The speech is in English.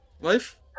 Life